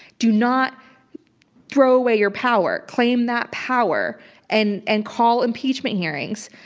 do not throw away your power. claim that power and and call impeachment hearings,